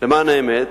למען האמת,